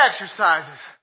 exercises